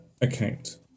Account